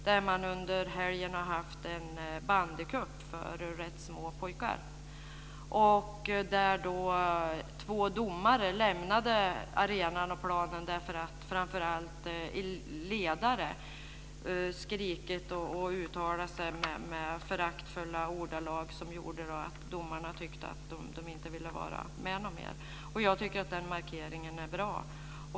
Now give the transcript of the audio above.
Förra helgen anordnades en bandykupp för rätt små pojkar. Två domare lämnade planen därför att framför allt ledare skrikit och uttalat sig i föraktfulla ordalag. Det gjorde att domarna inte ville fortsätta att vara med. Jag tycker att den markeringen var bra.